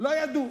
לא ידעו.